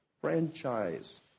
Franchise